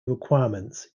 requirements